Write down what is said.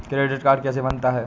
Credit card कैसे बनता है?